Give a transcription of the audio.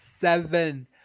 Seven